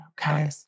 Okay